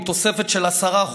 עם תוספת של 10%,